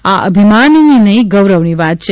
આ અભિમાનની નહી ગૌરવની વાત છે